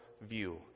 view